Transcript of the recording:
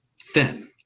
thin